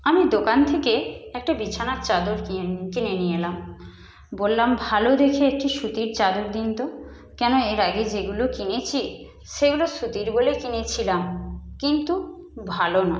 আমি দোকান থেকে একটা বিছানার চাদর কি কিনে নিয়ে এলাম বললাম ভালো দেখে একটি সুতির চাদর দিন তো কেন এর আগে যেগুলো কিনেছি সেগুলো সুতির বলে কিনেছিলাম কিন্তু ভালো না